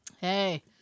Hey